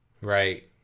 Right